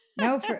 No